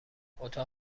اتاق